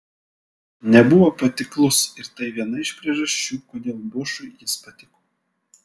nebuvo patiklus ir tai viena iš priežasčių kodėl bošui jis patiko